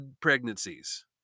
pregnancies